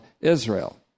Israel